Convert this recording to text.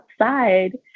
outside